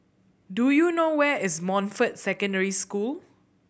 do you know where is Montfort Secondary School